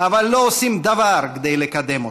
אבל לא עושים דבר כדי לקדם אותו.